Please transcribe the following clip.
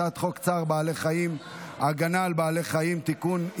הצעת חוק צער בעלי חיים (הגנה על בעלי חיים) (תיקון,